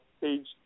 page